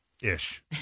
Ish